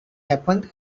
happened